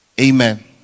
Amen